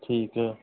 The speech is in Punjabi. ਠੀਕ ਐ